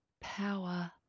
power